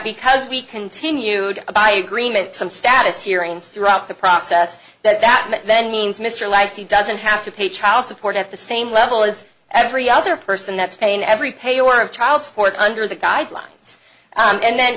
because we continued by agreement some status hearings throughout the process that that then means mr lives he doesn't have to pay child support at the same level as every other person that's paying every pay or of child support under the guidelines and then